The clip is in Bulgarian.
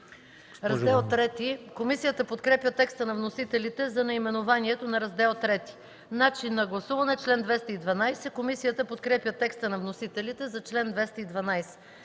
МАНОЛОВА: Комисията подкрепя текста на вносителите за наименованието на Раздел ІІІ. „Начин на гласуване” – чл. 212. Комисията подкрепя текста на вносителите за чл. 212.